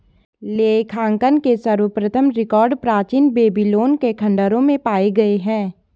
लेखांकन के सर्वप्रथम रिकॉर्ड प्राचीन बेबीलोन के खंडहरों में पाए गए हैं